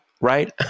Right